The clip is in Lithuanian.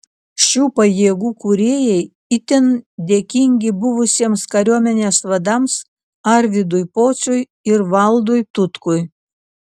šių pajėgų kūrėjai itin dėkingi buvusiems kariuomenės vadams arvydui pociui ir valdui tutkui